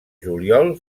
juliol